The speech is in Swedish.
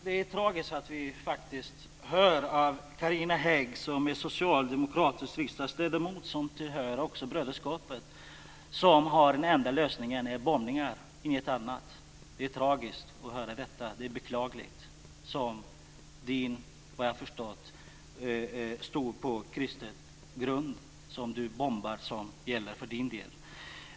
Fru talman! Det är tragiskt att höra att Carina Hägg, som är socialdemokratisk riksdagsledamot och broderskapare, som enda lösning har bombningarna och inget annat. Det är tragiskt att höra detta. Det är beklagligt att det är bomber som gäller för Carina Hägg, som efter vad jag förstår står på kristen grund.